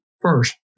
first